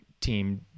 team